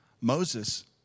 Moses